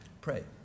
pray